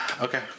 Okay